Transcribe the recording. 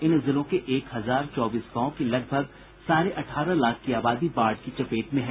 इन जिलों के एक हजार चौबीस गांवों की लगभग साढ़े अठारह लाख की आबादी बाढ़ की चपेट में है